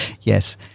Yes